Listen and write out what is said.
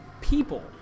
people